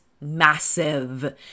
massive